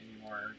anymore